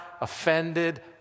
offended